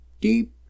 deep